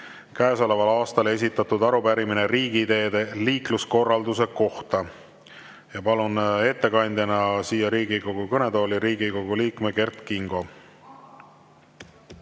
käesoleval aastal esitatud arupärimine riigiteede liikluskorralduse kohta. Palun ettekandjaks Riigikogu kõnetooli Riigikogu liikme Kert Kingo.